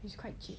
is quite cheap